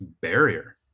barrier